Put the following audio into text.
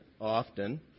often